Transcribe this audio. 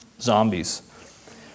zombies